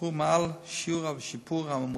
שהשתפרו מעל שיעור השיפור הממוצע.